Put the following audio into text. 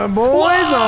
boys